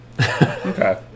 Okay